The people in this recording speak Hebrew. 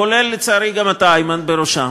כולל, לצערי, גם אתה, איימן, בראשם,